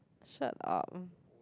shut up